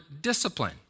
discipline